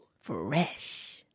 Fresh